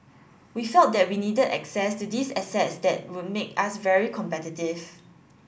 we felt that we needed access to these assets that would make us very competitive